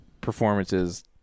performances